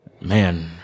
man